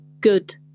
good